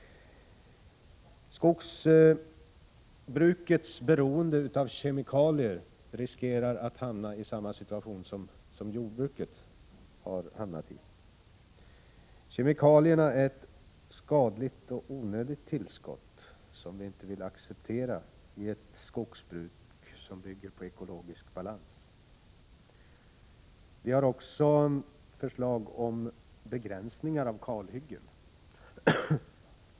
Det finns risk för att skogsbrukets beroende av kemikalier kan leda till samma situation som den jordbruket har hamnat i. Kemikalierna är ett skadligt och onödigt tillskott, som vi inte vill acceptera i ett skogsbruk som bygger på ekologisk balans. Vi har också förslag om begränsningar av kalhyggen.